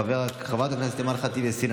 חברת הכנסת אימאן ח'טיב יאסין,